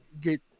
get